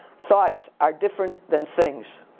thoughts are different than things.